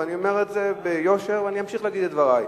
אני אומר את זה ביושר, ואני אמשיך להגיד את דברי.